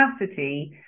capacity